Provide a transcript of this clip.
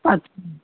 अच्छा